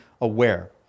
aware